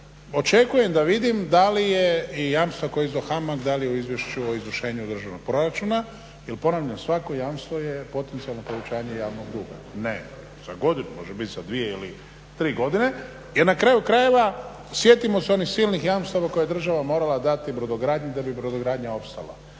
očekujem da vidim da li je i jamstva koje izdao HAMAG da li je u Izvješću o izvršenju državnog proračuna. Jer ponavljam, svako jamstvo je potencijalno povećanje javnog duga. Ne za godinu, može biti za dvije ili tri godine. Jer na kraju krajeva sjetimo se onih silnih jamstava koje je država morala dati brodogradnji da bi brodogradnja opstala.